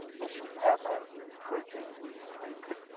this should happen pretty quick